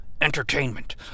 entertainment